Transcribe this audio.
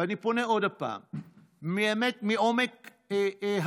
אני פונה עוד פעם, באמת מעומק הלב: